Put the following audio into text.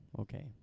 Okay